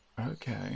Okay